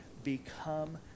become